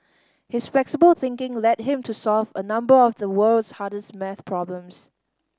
his flexible thinking led him to solve a number of the world's hardest maths problems